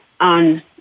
on